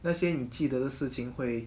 那些你记得的事情会